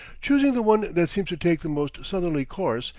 choosing the one that seems to take the most southerly course,